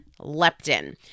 leptin